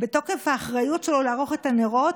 בתוקף האחריות שלו לערוך את הנרות,